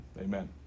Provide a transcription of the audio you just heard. Amen